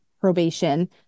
probation